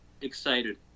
excited